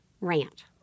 rant